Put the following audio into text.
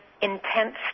intense